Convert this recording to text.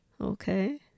Okay